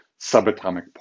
subatomic